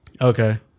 Okay